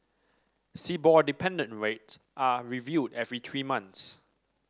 shibor dependent rate are reviewed every three months